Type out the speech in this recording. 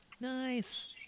nice